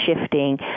shifting